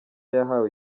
yahawe